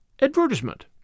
Advertisement